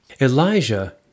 Elijah